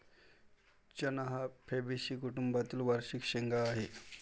चणा हा फैबेसी कुटुंबातील वार्षिक शेंगा आहे